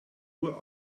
uhr